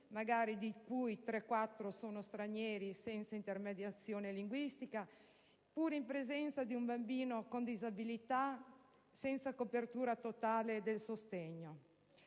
magari tre o quattro stranieri, senza intermediazione linguistica, oppure in presenza di un bambino con disabilità, senza copertura totale del sostegno.